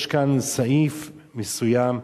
יש כאן סעיף מסוים,